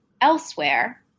elsewhere